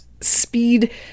speed